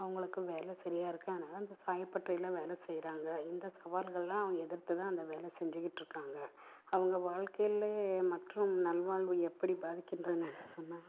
அவங்களுக்கு வேலை சரியாக இருக்குது அதனால் அந்த சாயப்பட்டறையில் வேலை செய்யறாங்க இந்த சவால்கள்லாம் எதிர்த்து தான் அந்த வேலை செஞ்சிக்கிட்ருக்காங்க அவங்க வாழ்க்கையிலே மற்றும் நல்வாழ்வு எப்படி பாதிக்கின்றன சொன்னால்